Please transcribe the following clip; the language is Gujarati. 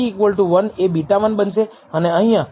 તેથી p1 એ β1 બનશે